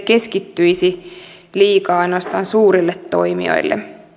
keskittyisi liikaa ainoastaan suurille toimijoille